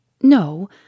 No